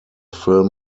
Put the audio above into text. film